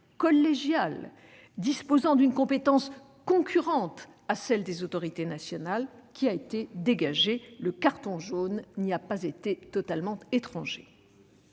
collégial, disposant d'une compétence concurrente à celle des autorités nationales, qui a été dégagée. Le « carton jaune » n'y a pas été totalement étranger.